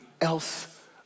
else